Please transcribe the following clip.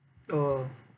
oh